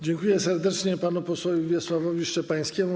Dziękuję serdecznie panu posłowi Wiesławowi Szczepańskiemu.